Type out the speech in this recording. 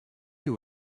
you